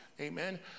Amen